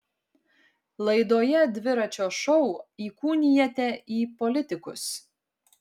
laidoje dviračio šou įkūnijate į politikus